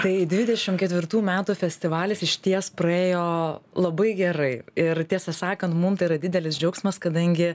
tai dvidešim ketvirtų metų festivalis išties praėjo labai gerai ir tiesą sakant mum tai yra didelis džiaugsmas kadangi